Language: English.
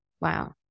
wow